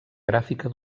gràfica